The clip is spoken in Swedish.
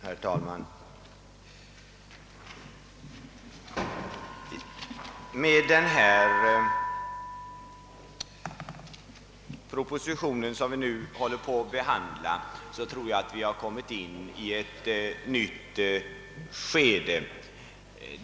Herr talman! Jag tror att vi genom den proposition, som vi nu håller på att behandla, har kommit in i ett nytt skede.